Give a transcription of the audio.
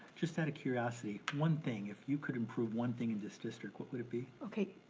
just out of curiosity, one thing, if you could improve one thing in this district what would it be? okay,